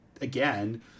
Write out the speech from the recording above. again